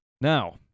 Now